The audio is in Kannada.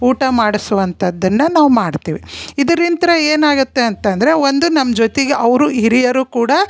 ಊಟ ಮಾಡಿಸುವಂಥದ್ದನ್ನ ನಾವು ಮಾಡ್ತೀವಿ ಇದರಿಂತ ಏನಾಗುತ್ತೆ ಅಂತ ಅಂದರೆ ಒಂದು ನಮ್ಮ ಜೊತಿಗೆ ಅವರು ಹಿರಿಯರು ಕೂಡ